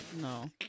No